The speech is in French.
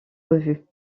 revues